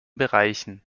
bereichen